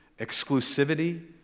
exclusivity